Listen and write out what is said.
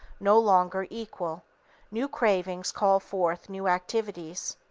no longer equal new cravings call forth new activities,